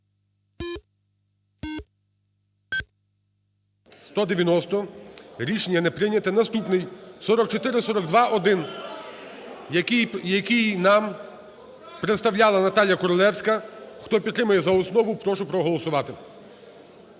Рішення не прийнято. Наступний, 4442-1, який нам представляла Наталія Королевська. Хто підтримує за основу, прошу проголосувати.